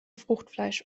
fruchtfleisch